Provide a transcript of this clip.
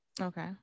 Okay